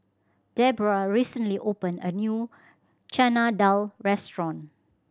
Debbra recently opened a new Chana Dal restaurant